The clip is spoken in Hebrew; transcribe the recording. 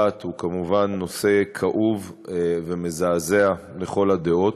הוא כמובן נושא כאוב ומזעזע לכל הדעות.